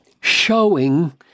showing